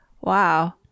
Wow